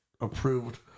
approved